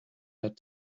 had